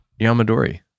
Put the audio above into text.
Yamadori